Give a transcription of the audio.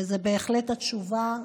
וזו בהחלט התשובה,